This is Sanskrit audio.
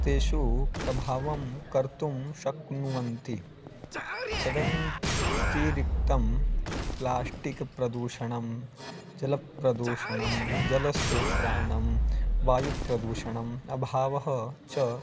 तेषु प्रभावं कर्तुं शक्नूवन्ति तदतिरिक्तं प्लाश्टिक् प्रदूषणं जलप्रदूषणं जलस्रोतानां वायुप्रदूषणम् अभावः च